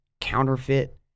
counterfeit